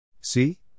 See